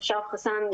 שרף חסאן,